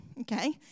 okay